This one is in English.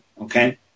Okay